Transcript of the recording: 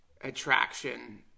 attraction